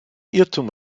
irrtum